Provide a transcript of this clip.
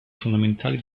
fondamentali